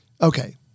Okay